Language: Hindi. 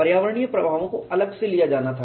पर्यावरणीय प्रभावों को अलग से लिया जाना था